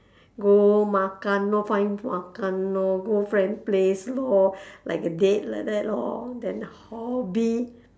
go makan lor find makan lor go friend place lor like a date like that lor then hobby